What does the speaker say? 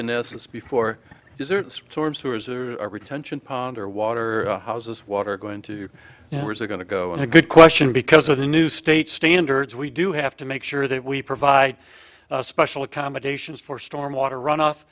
in essence before desert storm sewers are a retention pond or water houses water going to yours are going to go in a good question because of the new state standards we do have to make sure that we provide special accommodations for storm water runoff